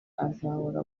azahora